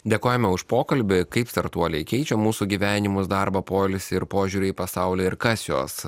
dėkojame už pokalbį kaip startuoliai keičia mūsų gyvenimus darbą poilsį ir požiūrį į pasaulį ir kas juos